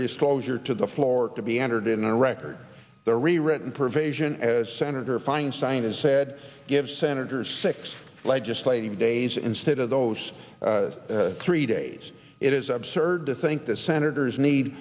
disclosure to the floor to be entered in a wreck the rewritten pervasion as senator feinstein has said give senators six legislative days instead of those three days it is absurd to think the senators need